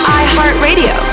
iHeartRadio